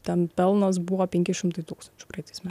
tam pelnas buvo penki šimtai tūkstančių praeitais metais